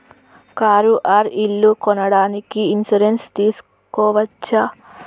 Car or ఇల్లు కొనడానికి insurance తీస్కోవచ్చా?